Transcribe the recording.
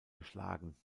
geschlagen